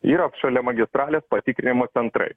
yra vat šalia magistralės patikrinimo centrai